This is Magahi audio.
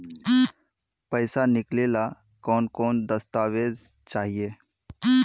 पैसा निकले ला कौन कौन दस्तावेज चाहिए?